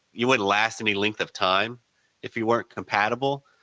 you wouldn't last any length of time if you weren't compatible.